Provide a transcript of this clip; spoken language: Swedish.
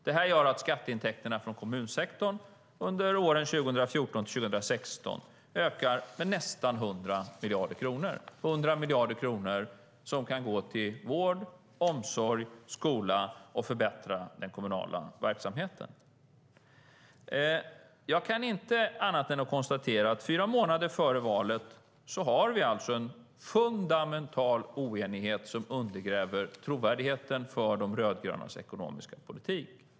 Detta gör att skatteintäkterna från kommunsektorn under åren 2014-2016 ökar med nästan 100 miljarder kronor, 100 miljarder kronor som kan gå till vård, omsorg och skola och förbättra den kommunala verksamheten. Jag kan inte annat än konstatera att vi fyra fem månader före valet har en fundamental oenighet som undergräver trovärdigheten för de rödgrönas ekonomiska politik.